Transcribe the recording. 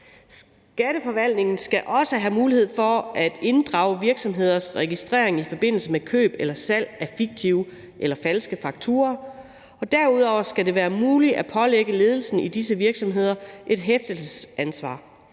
Skatteforvaltningen skal også have mulighed for at inddrage virksomheders registrering i forbindelse med køb eller salg af fiktive eller falske fakturaer. Derudover skal det være muligt at pålægge ledelsen i disse virksomheder et hæftelsesansvar,